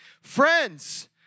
Friends